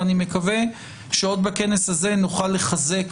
ואני מקווה שעוד בכנס הזה נוכל לחזק